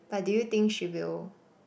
but do you think she will